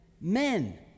men